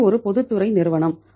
இது ஒரு பொதுத்துறை நிறுவனம்